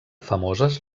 famoses